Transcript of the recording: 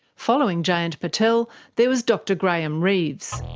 following jayant patel, there was dr graeme reeves.